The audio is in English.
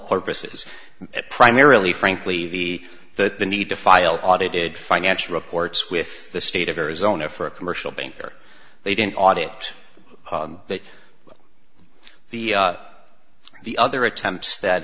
purposes primarily frankly the that the need to file audited financial reports with the state of arizona for a commercial banker they didn't audit that the the other attempts that